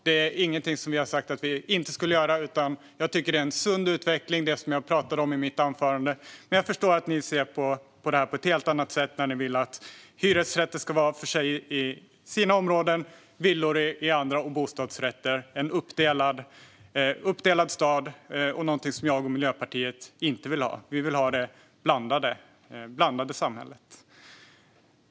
Det är ingenting som vi har sagt att vi inte skulle göra, och jag tycker att det jag pratade om i mitt anförande är en sund utveckling. Men jag förstår att ni ser på det här på ett helt annat sätt. Ni vill att hyresrätter ska vara för sig i sina områden och villor och bostadsrätter i andra, det vill säga en uppdelad stad vilket är någonting som jag och Miljöpartiet inte vill ha. Vi vill ha ett blandat samhälle.